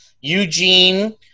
Eugene